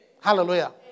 Hallelujah